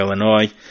Illinois